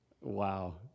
Wow